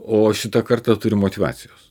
o šita karta turi motyvacijos